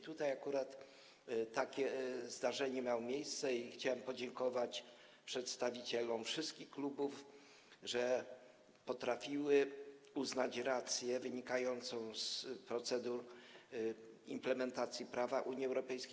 Tutaj akurat takie zdarzenie miało miejsce i chciałbym podziękować przedstawicielom wszystkich klubów, że potrafiły uznać rację wynikającą z procedur implementacji prawa Unii Europejskiej.